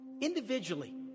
individually